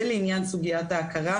זה לעניין סוגיית ההכרה.